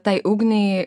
tai ugniai